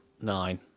nine